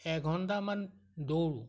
এঘণ্টামান দৌৰোঁ